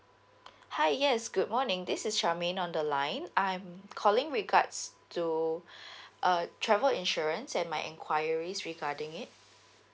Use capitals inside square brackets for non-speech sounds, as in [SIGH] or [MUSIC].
hi yes good morning this is charmaine on the line I'm calling regards to [BREATH] uh travel insurance and my enquiries regarding it